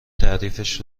تعریفش